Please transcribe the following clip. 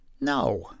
No